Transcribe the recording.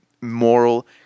moral